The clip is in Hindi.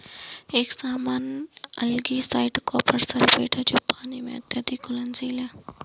एक सामान्य एल्गीसाइड कॉपर सल्फेट है जो पानी में अत्यधिक घुलनशील है